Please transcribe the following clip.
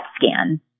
scan